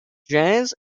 jazz